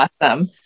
Awesome